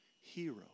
hero